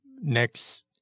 next